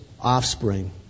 offspring